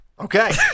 Okay